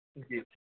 جی